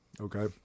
Okay